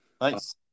Nice